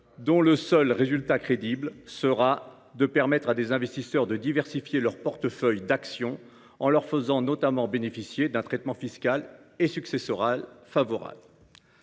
Son seul résultat tangible sera de permettre à des investisseurs de diversifier leur portefeuille d’actions en leur faisant notamment bénéficier d’un traitement fiscal et successoral favorable.